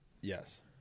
Yes